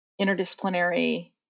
interdisciplinary